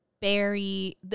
berry